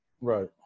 Right